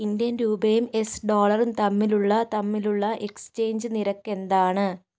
Indian രൂപയും എസ് ഡോളറും തമ്മിലുള്ള തമ്മിലുള്ള എക്സ്ചേഞ്ച് നിരക്ക് എന്താണ്